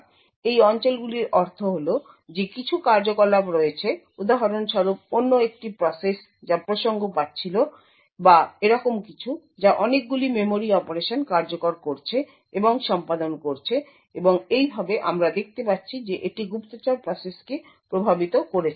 সুতরাং এই অঞ্চলগুলির অর্থ হল যে কিছু কার্যকলাপ রয়েছে উদাহরণস্বরূপ অন্য একটি প্রসেস যা প্রসঙ্গ পাচ্ছিল বা এরকম কিছু যা অনেকগুলি মেমরি অপারেশন কার্যকর করছে এবং সম্পাদন করছে এবং এইভাবে আমরা দেখতে পাচ্ছি যে এটি গুপ্তচর প্রসেসকে প্রভাবিত করেছে